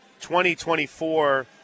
2024